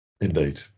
Indeed